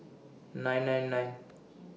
nine nine nine